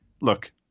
look